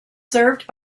served